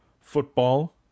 football